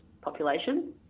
population